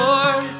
Lord